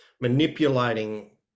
manipulating